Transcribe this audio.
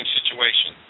situation